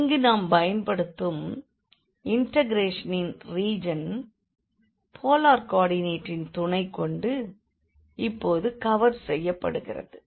இங்கு நாம் பயன்படுத்தும் இண்டெக்ரேஷனின் ரீஜன் போலார் கோ ஆர்டிநேட்டின் துணை கொண்டு இப்போது கவர் செய்யப்படுகிறது